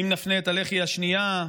אם נפנה את הלחי השנייה,